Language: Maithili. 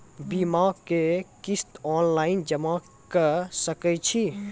बीमाक किस्त ऑनलाइन जमा कॅ सकै छी?